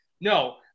No